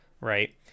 right